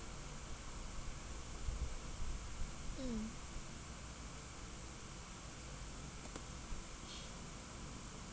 mm